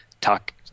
talk